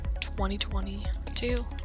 2022